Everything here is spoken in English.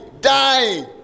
Dying